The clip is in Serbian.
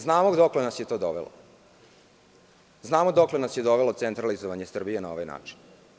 Znamo dokle nas je to dovelo, dokle nas je dovelo centralizovanje Srbije na ovaj način.